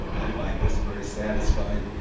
i find this very satisfying.